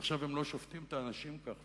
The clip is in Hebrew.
עכשיו הם לא שופטים את האנשים כך,